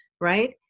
right